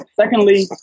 secondly